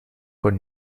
con